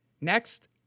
Next